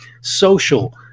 social